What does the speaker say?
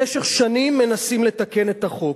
במשך שנים מנסים לתקן את החוק.